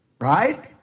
Right